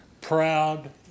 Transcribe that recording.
proud